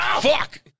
Fuck